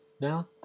now